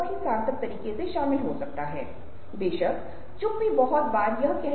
अब यह असामान्य है लेकिन यह बहुत दिलचस्प है